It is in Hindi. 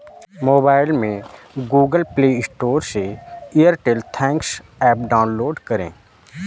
मोबाइल में गूगल प्ले स्टोर से एयरटेल थैंक्स एप डाउनलोड करें